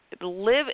live